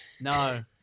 No